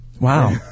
wow